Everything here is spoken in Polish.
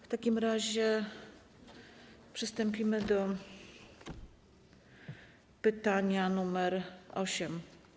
W takim razie przystąpimy do pytania nr 8.